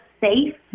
safe